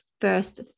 first